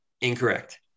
Incorrect